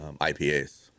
IPAs